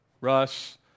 Russ